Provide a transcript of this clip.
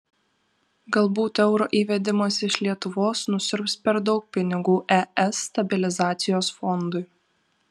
galbūt euro įvedimas iš lietuvos nusiurbs per daug pinigų es stabilizacijos fondui